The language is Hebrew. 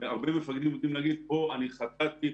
הרבה מפקדים יודעים לומר כאן אני טעיתי,